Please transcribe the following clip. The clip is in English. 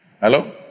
Hello